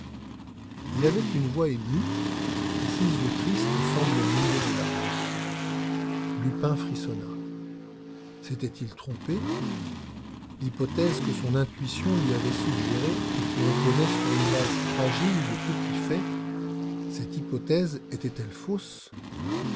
il avait une voix émue et ses yeux tristes semblaient mouillés de larmes lupin frissonna s'était-il trompé l'hypothèse que son intuition lui avait suggérée et qui reposait sur une base fragile de petits faits cette hypothèse était-elle fausse